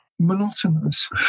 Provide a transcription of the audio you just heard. monotonous